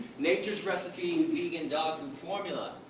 nature's recipe, vegan dog food formula.